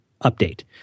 update